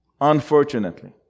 unfortunately